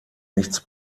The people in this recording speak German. nichts